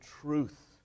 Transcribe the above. truth